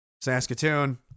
Saskatoon